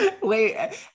Wait